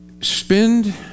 spend